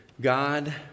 God